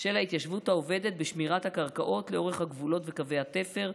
של ההתיישבות העובדת בשמירת הקרקעות לאורך הגבולות וקווי התפר,